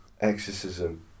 Exorcism